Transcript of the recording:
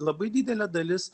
labai didelė dalis